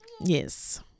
yes